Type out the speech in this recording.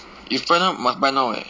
if firm up must buy now eh